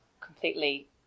completely